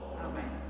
Amen